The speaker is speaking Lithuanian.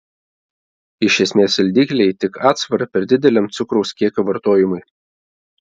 iš esmės saldikliai tik atsvara per dideliam cukraus kiekio vartojimui